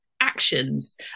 actions